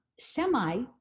semi